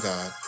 God